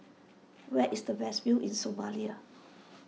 where is the best view in Somalia